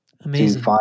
Amazing